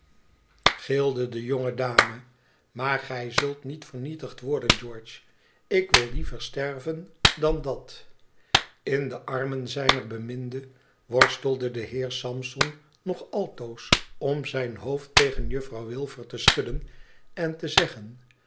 iii de jonge dame i maar gij zult niet vernietigd worden george ik wil liever sterven dan dat in de armen zijner beminde worstelde de heer sampson nog altoos om zijn hoofd tegen juffrouw wilfer te schudden en te zeggen